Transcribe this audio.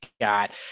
got